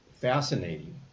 fascinating